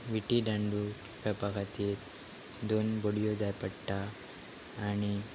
विटी डांडू खेळपा खातीर दोन बोडयो जाय पडटा आनी